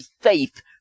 faith